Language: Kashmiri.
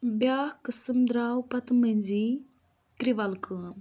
بیٛاکھ قٕسم درٛاو پَتہ منٛزی کِروَل کٲم